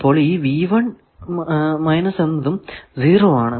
അപ്പോൾ ഈ എന്നതും 0 ആണ്